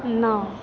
नौ